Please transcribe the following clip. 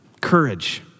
courage